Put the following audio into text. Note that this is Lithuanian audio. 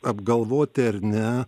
apgalvoti ar ne